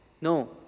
no